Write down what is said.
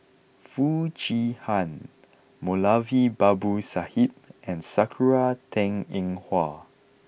Foo Chee Han Moulavi Babu Sahib and Sakura Teng Ying Hua